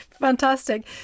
fantastic